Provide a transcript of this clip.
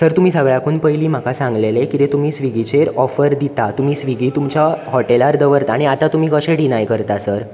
sir तुमी सगळ्याकून पयलीं म्हाका सांगलेलें कितें तुमी स्विगिचेर ऑफर दिता तुमी स्विगी तुमच्या हॉटेलार दवरता आनी आतां तुमी कशे डिनाय करता सर